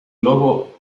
globo